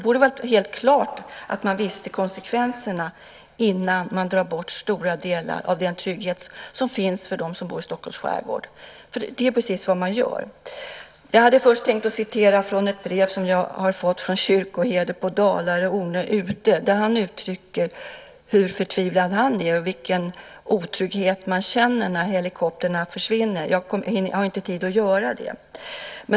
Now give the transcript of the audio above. Konsekvenserna borde stå helt klara innan man drar bort stora delar av den trygghet som finns för dem som bor i Stockholms skärgård. Det är nämligen precis vad man gör. Jag hade först tänkt citera från ett brev som jag fått från kyrkoherden för Dalarö, Ornö och Utö, där han uttrycker hur förtvivlad han är och vilken otrygghet han känner när helikoptrarna försvinner. Jag har dock inte tid att göra det.